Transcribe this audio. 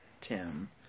Tim